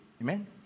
Amen